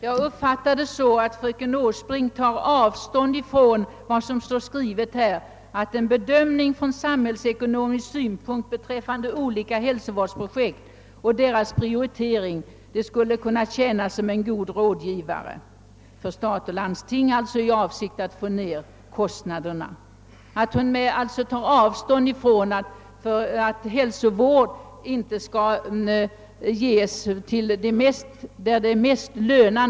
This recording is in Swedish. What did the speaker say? Jag uppfattar det så att fröken Åsbrink tar avstånd från vad som står i reservationen, nämligen att en bedömning från samhällsekonomisk synpunkt beträffande olika hälsovårdsprojekt och deras prioritering skulle kunna tjäna som en god rådgivare såväl för staten som för landsting och kommunerna — det innebär ju att avsikten skulle vara att nedbringa kostnaderna, d.v.s. att hälsovård skulle ges på de områden där det är ekonomiskt mest lönsamt.